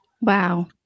Wow